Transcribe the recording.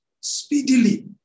Speedily